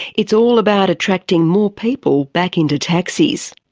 it's all about attracting more people back into taxis,